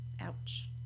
ouch